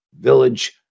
village